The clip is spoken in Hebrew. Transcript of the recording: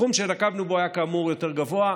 הסכום שנקבנו היה, כאמור, יותר גבוה,